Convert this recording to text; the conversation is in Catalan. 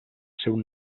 seu